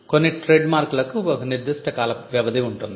కొన్ని ట్రేడ్మార్క్ లకు ఒక నిర్దిష్ట కాల వ్యవధి ఉంటుంది